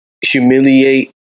humiliate